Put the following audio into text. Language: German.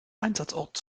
einsatzort